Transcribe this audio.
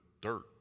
dirt